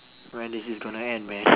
when is this gonna end man